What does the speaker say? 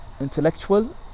intellectual